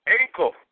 ankle